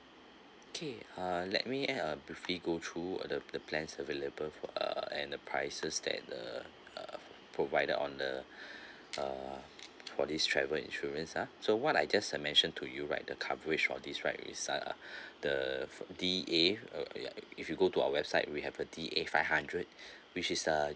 okay uh let me add uh I'll briefly go through uh the plans available for err and the prices that uh err provided on the uh for this travel insurance ah so what I just uh mentioned to you right the coverage for this right is uh the D A if you go to our website we have a D A five hundred which is uh